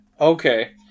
Okay